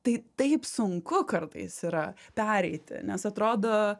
tai taip sunku kartais yra pereiti nes atrodo